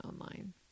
online